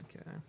Okay